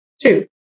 two